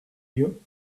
you